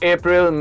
April